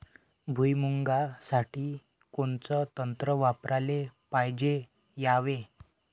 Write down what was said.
भुइमुगा साठी कोनचं तंत्र वापराले पायजे यावे?